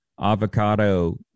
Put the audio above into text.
Avocado